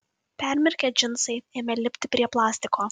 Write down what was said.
permirkę džinsai ėmė lipti prie plastiko